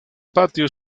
patio